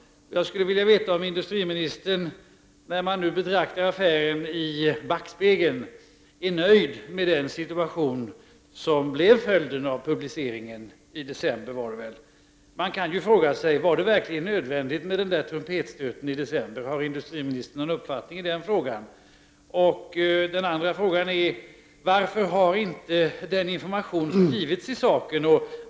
Jag skulle vilja veta om industriministern, när man nu betraktar affären i backspegeln, är nöjd med den situation som blev följden av publiceringen i december. Man kan fråga sig om det verkligen var nödvändigt med den här ”trumpetstöten” i december. Har industriministern någon uppfattning i frågan? Varför har inte information givits i saken?